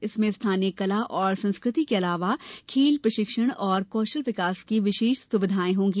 इनमें स्थानीय कला और संस्कृति के अलावा खेल प्रशिक्षण और कौशल विकास की विशेष सुविधाएं होंगी